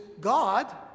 God